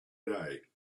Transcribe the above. day